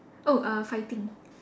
oh uh fighting